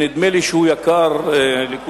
שנדמה לי שהוא יקר לכולנו,